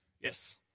Yes